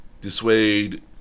dissuade